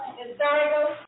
historical